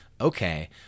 okay